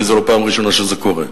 כי זה לא פעם ראשונה שזה קורה,